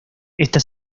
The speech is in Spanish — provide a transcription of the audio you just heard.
está